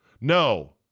No